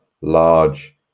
large